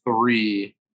three